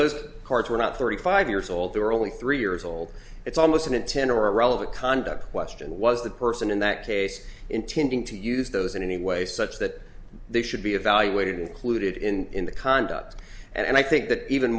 those cards were not thirty five years old there were only three years old it's almost in a ten or irrelevant conduct question was the person in that case intending to use those in any way such that they should be evaluated included in the conduct and i think that even